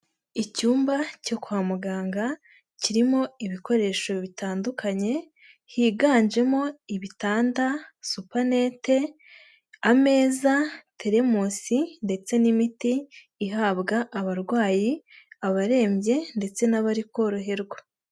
Icyumba cyo kwa muganga kirimo ibikoresho bitandukanye, higanjemo ibitanda, supanete, ameza, terimusi ndetse n'imiti ihabwa abarwayi, abarembye ndetse n'abari koroherwa.